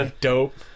dope